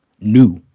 new